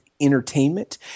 entertainment